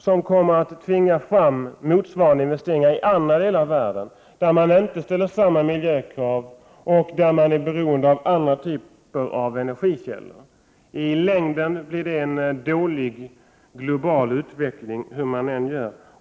Detta kommer i sin tur att tvinga fram motsvarande investeringar i andra delar av världen, där man inte ställer samma krav på miljön och där man är beroende av andra typer av energikällor. I längden blir det en dålig global utveckling hur man än gör.